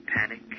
panic